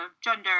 gender